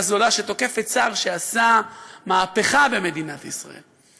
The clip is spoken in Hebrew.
זולה שתוקפת שר שעשה מהפכה במדינת ישראל.